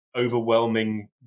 overwhelming